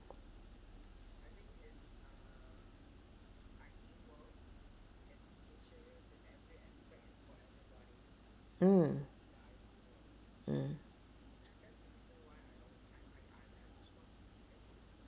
mm